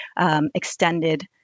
extended